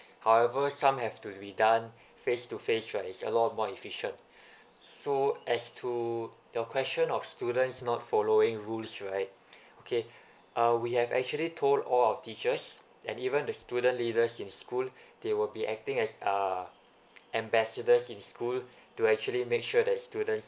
however some have to be done face to face right it's a lot more efficient so as to your question of students not following rules right okay uh we have actually told all our teachers and even the student leaders in school they will be acting as uh ambassadors in school to actually make sure that students